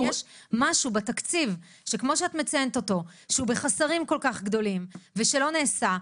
אם יש משהו בתקציב שכמו שאת מציינת אותו הוא בחוסר גדול ולא נעשה,